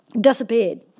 Disappeared